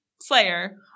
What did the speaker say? slayer